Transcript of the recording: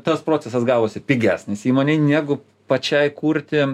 tas procesas gavosi pigesnis įmonei negu pačiai kurti